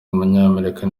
w’umunyamerika